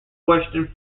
question